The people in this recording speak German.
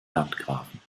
landgrafen